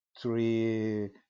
three